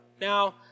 Now